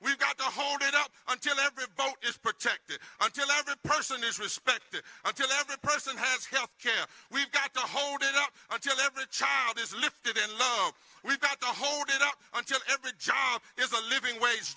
we've got to hold it up until every vote is protected until every person is respected until every person has health care we've got to hold it up until every child is lifted in law we've got to hold it up until every job is a living wage